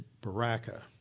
Baraka